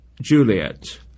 Juliet